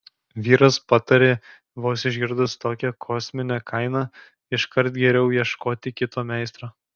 vyras patarė vos išgirdus tokią kosminę kainą iškart geriau ieškoti kito meistro